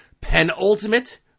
penultimate